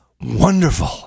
wonderful